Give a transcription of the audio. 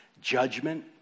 Judgment